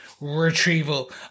retrieval